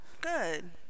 Good